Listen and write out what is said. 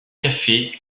café